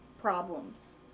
problems